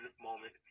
moment